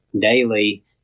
daily